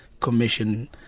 commission